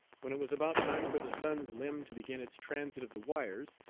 when it was about time for the sun's limb to begin its transit of the wires,